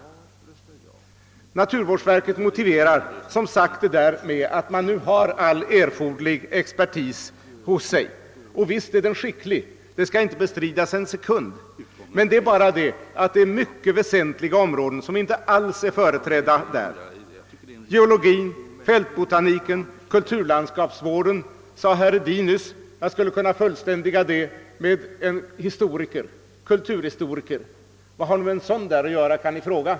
Naturvårdsverket motiverar som sagt sin ståndpunkt med att man har all erforderlig expertis inom verket. Visst är denna expertis skicklig, det skall inte bestridas en sekund. Men det finns också mycket väsentliga områden som inte är företrädda där. Herr Hedin nämnde nyss geologin, fältbotaniken och kulturlandskapsvården. Jag skulle vilja tillägga: en kulturhistoriker. Men vad skulle en sådan ha att göra i naturvårdsverket, kan någon vilja fråga.